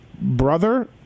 brother